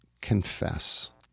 confess